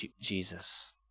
Jesus